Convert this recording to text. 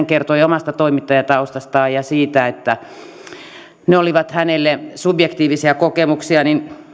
kertoi omasta toimittajataustastaan ja siitä että ne olivat hänelle subjektiivisia kokemuksia